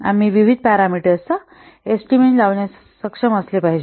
आम्ही विविध पॅरामीटर्सचा एस्टिमेशन लावण्यास सक्षम असले पाहिजे